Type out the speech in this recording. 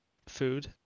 food